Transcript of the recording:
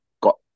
got